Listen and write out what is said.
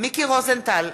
מיקי רוזנטל,